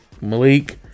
Malik